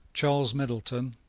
charles middleton,